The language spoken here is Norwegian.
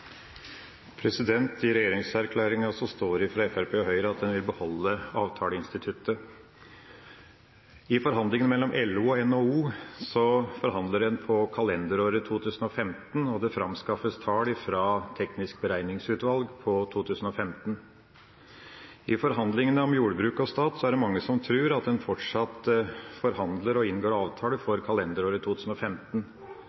I regjeringserklæringa står det fra Fremskrittspartiet og Høyre at en vil beholde avtaleinstituttet. I forhandlingene mellom LO og NHO forhandler en for kalenderåret 2015, og det framskaffes tall fra teknisk beregningsutvalg for 2015. I forhandlingene mellom jordbruket og stat er det mange som tror at en fortsatt forhandler og inngår avtaler for kalenderåret 2015.